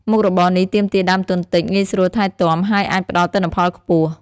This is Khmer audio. មុខរបរនេះទាមទារដើមទុនតិច ងាយស្រួលថែទាំ ហើយអាចផ្តល់ទិន្នផលខ្ពស់។